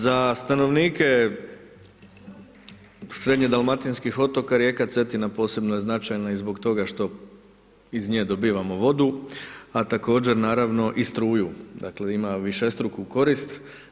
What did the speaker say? Za stanovnike srednje dalmatinskih otoka rijeka Cetina posebno je značajna i zbog toga što iz nje dobivamo vodu, a također naravno i struju, dakle ima višestruku korist.